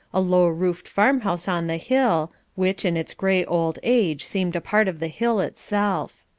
a low-roofed farm-house on the hill, which, in its gray old age, seemed a part of the hill itself.